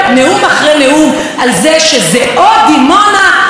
על זה שזה או דימונה או עמונה.